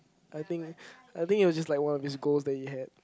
I think I think it was just like one of this goals that you had